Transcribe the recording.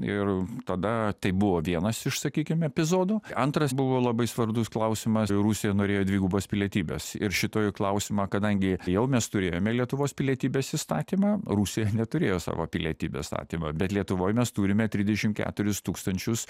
ir tada tai buvo vienas iš sakykim epizodų antras buvo labai svarbus klausimas rusija norėjo dvigubos pilietybės ir šitą klausimą kadangi jau mes turėjome lietuvos pilietybės įstatymą rusija neturėjo savo pilietybės įstatymo bet lietuvoje mes turime trisdešimtketuris tūkstančius